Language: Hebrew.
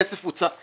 כמה כסף הוצא,